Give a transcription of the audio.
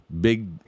big